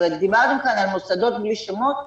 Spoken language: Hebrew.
ואתם דיברתם כאן על מוסדות בלי שמות.